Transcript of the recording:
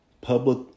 public